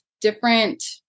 different